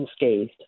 unscathed